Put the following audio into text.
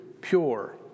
pure